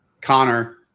Connor